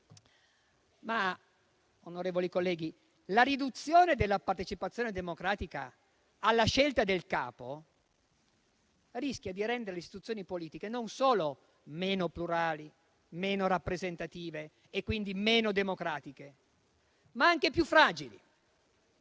Onorevoli colleghi, la riduzione della partecipazione democratica alla scelta del capo rischia appunto di rendere le istituzioni politiche non solo meno plurali, meno rappresentative e quindi meno democratiche, ma anche più fragili.